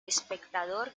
espectador